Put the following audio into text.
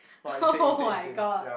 [oh]-my-god